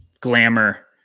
glamour